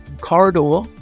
corridor